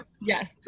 yes